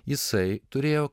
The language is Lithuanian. jisai turėjo